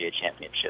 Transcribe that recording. Championship